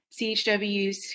CHWs